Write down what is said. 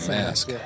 mask